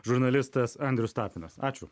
žurnalistas andrius tapinas ačiū